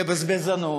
בבזבזנות,